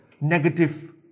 negative